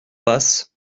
passe